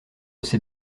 c’est